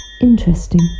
Interesting